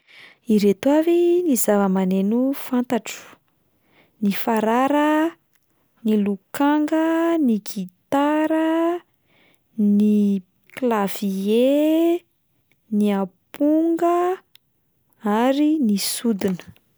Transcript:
Ireto avy ny zava-maneno fantatro: ny farara, ny lokanga, ny gitara, ny klavie, ny amponga ary ny sodina.